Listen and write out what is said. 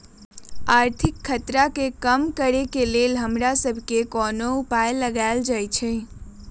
आर्थिक खतरा के कम करेके लेल हमरा सभके कोनो उपाय लगाएल जाइ छै